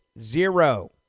Zero